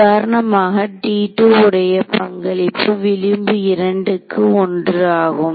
உதாரணமாக T2 உடைய பங்களிப்பு விளிம்பு 2 க்கு 1 ஆகும்